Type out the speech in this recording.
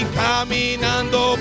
caminando